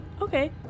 Okay